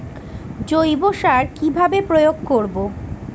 জৈব সার কি ভাবে প্রয়োগ করব?